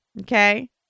Okay